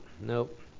Nope